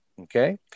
Okay